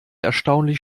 erstaunlich